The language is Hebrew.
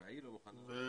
וההיא לא מוכנה ל --- אני